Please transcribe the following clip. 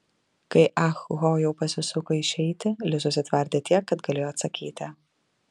kai ah ho jau pasisuko išeiti li susitvardė tiek kad galėjo atsakyti